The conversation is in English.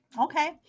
okay